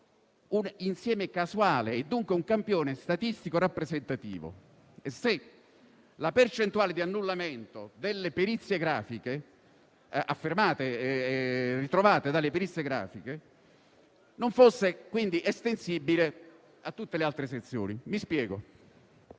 un insieme casuale e dunque un campione statistico rappresentativo e se la percentuale di annullamento dovuta alle irregolarità emerse dalle perizie grafiche non fosse quindi estensibile a tutte le altre sezioni. Mi spiego: